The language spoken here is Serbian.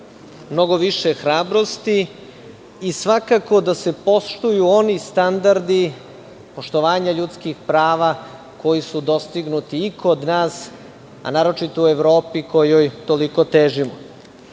mnogo više hrabrosti i svakako da se poštuju oni standardi poštovanja ljudskih prava, koji su dostignuti i kod nas, a naročito u Evropi, kojoj toliko težimo.U